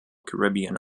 caribbean